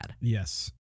Yes